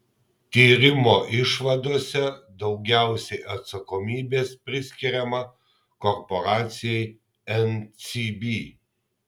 tyrimo išvadose daugiausiai atsakomybės priskiriama korporacijai ncb